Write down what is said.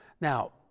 Now